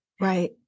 Right